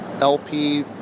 LP